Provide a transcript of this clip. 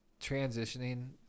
transitioning